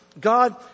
God